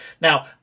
Now